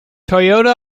toyota